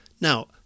Now